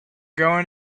going